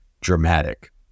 dramatic